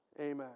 Amen